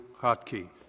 Hotkey